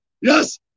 Yes